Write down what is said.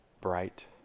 bright